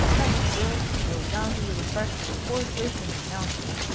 come, my girl! we'll down to the refectory forthwith and denounce him.